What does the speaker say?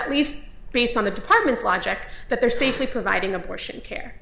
at least based on the department's logic that they're safely providing abortion care